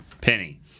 Penny